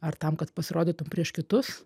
ar tam kad pasirodytum prieš kitus